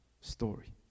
story